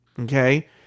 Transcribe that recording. Okay